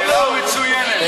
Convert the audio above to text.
שאלה מצוינת.